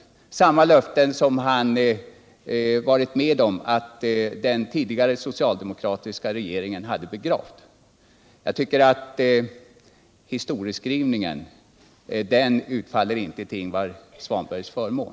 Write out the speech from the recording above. Det gällde samma löften som han tillsammans med den tidigare socialdemokratiska regeringen redan hade begravt. Historieskrivningen i det här avseendet utfaller inte till Ingvar Svanbergs fördel.